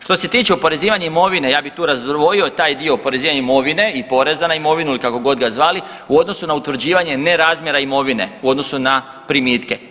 Što se tiče oporezivanja imovine ja bi tu razdvojio taj dio oporezivanja imovine i poreza na imovinu ili kako god ga zvali u odnosu na utvrđivanje nerazmjera imovine u odnosu na primitke.